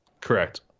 correct